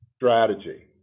strategy